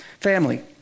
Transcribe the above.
Family